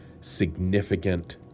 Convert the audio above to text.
significant